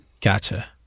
Gotcha